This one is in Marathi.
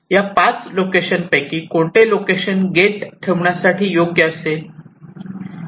या 5 लोकेशन पैकी कोणते लोकेशन गेट ठेवण्यासाठी योग्य असे असेल